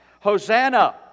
Hosanna